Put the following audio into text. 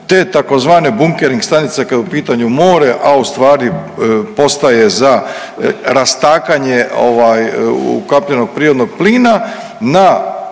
te tzv. bunkering stanice kada je u pitanju more, a u stvari postaje za rastakanje ukapljenog prirodnog plina na